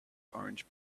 orange